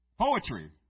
Poetry